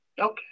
Okay